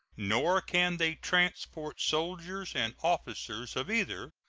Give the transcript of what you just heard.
nor can they transport soldiers and officers of either,